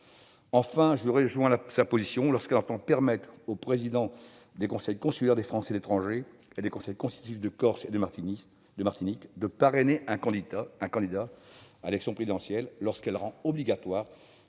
Enfin, je la rejoins lorsqu'elle entend permettre aux présidents des conseils consulaires des Français de l'étranger et des conseils exécutifs de Corse et de Martinique de parrainer un candidat à l'élection présidentielle, et lorsqu'elle rend obligatoire